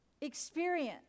experience